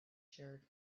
shared